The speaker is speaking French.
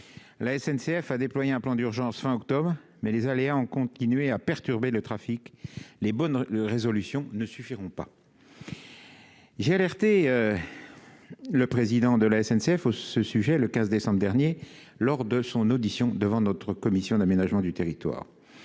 la SNCF a déployé un plan d'urgence fin octobre mais les aléas ont continué à perturber le trafic, les bonnes résolutions ne suffiront pas, j'ai alerté le président de la SNCF à ce sujet le 15 décembre dernier lors de son audition devant notre commission d'aménagement du territoire,